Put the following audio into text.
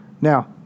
Now